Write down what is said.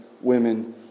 women